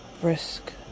brisk